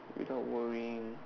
without worrying